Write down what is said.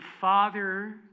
Father